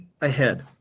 ahead